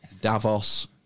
Davos